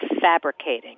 fabricating